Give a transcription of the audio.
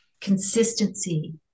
consistency